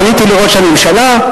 פניתי לראש הממשלה.